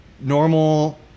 normal